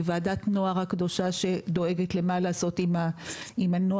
ועדת נוער הקדושה שדואגת למה לעשות עם הנוער